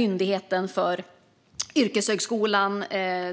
Myndigheten för yrkeshögskolan